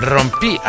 Rompí